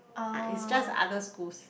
uh it's just other schools